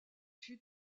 sud